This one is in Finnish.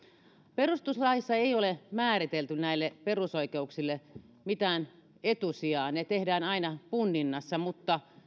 perustuslaissa ei ole määritelty näille perusoikeuksille mitään etusijaa ne tehdään aina punninnassa mutta